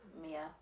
Mia